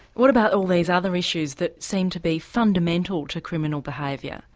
what about all these other issues that seem to be fundamental to criminal behaviour?